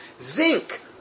Zinc